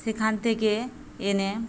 সেখান থেকে এনে